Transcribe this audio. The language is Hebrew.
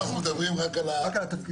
פה אנחנו מדברים על מה שלמעלה.